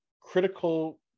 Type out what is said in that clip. critical